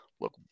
look